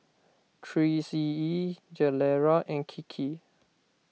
three C E Gilera and Kiki